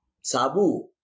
Sabu